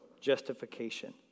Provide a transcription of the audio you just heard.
justification